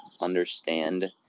understand